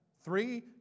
Three